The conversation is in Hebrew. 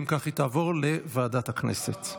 אם כך, היא תעבור לוועדת הכנסת.